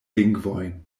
lingvojn